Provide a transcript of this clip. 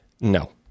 No